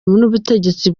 n’ubutegetsi